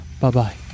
Bye-bye